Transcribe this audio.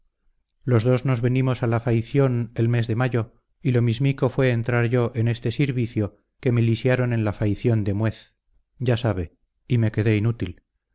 los dos nos venimos a la faición el mes de mayo y lo mismico fue entrar yo en este sirvicio que me lisiaron en la faición de muez ya sabe y me quedé inútil